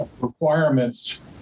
requirements